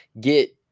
get